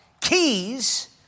keys